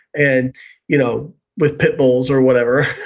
and you know with pitbulls or whatever,